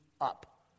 up